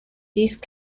these